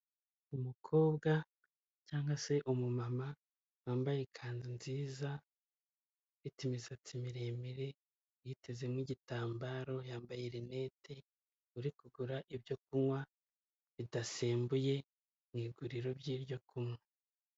Umukobwa cyangwa se umu mama wambaye ikanzu nziza ifite imisatsi miremire yiteze nk'igitambaro yambaye renete uri kugura ibyo kunywa bidasembuye mu iguriro ry'i ryo kunywa.